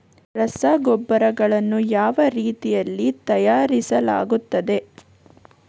ರಸಗೊಬ್ಬರಗಳನ್ನು ಯಾವ ರೀತಿಯಲ್ಲಿ ತಯಾರಿಸಲಾಗುತ್ತದೆ?